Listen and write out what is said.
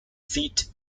seat